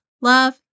Love